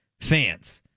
fans